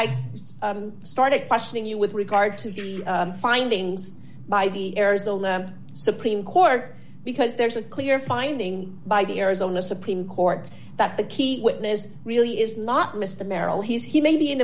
i started questioning you with regard to the findings by the arizona supreme court because there's a clear finding by the arizona supreme court that the key witness really is not mr merrill he's he may be an